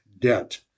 debt